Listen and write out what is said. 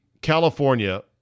California